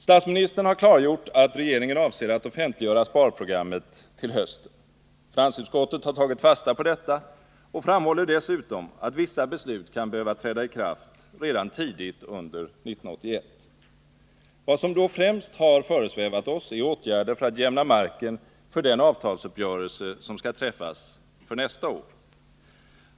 Statsministern har klargjort att regeringen avser att offentliggöra sparprogrammet till hösten. Finansutskottet har tagit fasta på detta och framhåller dessutom att vissa beslut kan behöva träda i kraft redan tidigt under år 1981. Vad som då främst har föresvävat oss är åtgärder för att jämna marken för den avtalsuppgörelse som skall träffas för nästa år.